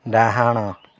ଡ଼ାହାଣ